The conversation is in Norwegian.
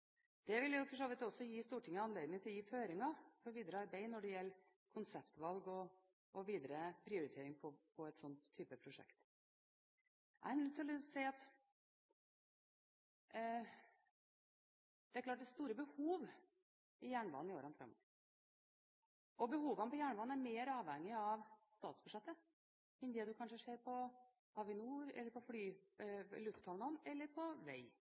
Det vil for så vidt også gi Stortinget anledning til å gi føringer for videre arbeid når det gjelder konseptvalg og videre prioritering av en slik type prosjekter. Det er klart det er store behov i jernbanen i årene framover. Behovene på jernbanen er mer avhengig av statsbudsjettet enn det man kanskje ser hos Avinor, på lufthavnene eller på